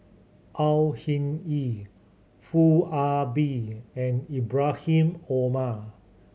Au Hing Yee Foo Ah Bee and Ibrahim Omar